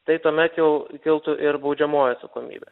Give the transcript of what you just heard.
tai tuomet jau kiltų ir baudžiamoji atsakomybė